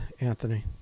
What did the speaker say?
Anthony